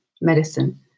medicine